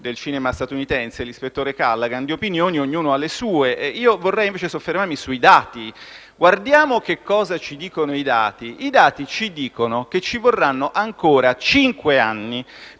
del cinema statunitense, l'ispettore Callaghan, le opinioni ognuno ha le sue. Io vorrei piuttosto soffermarmi sui dati - guardiamo cosa ci dicono - secondo cui ci vorranno ancora cinque anni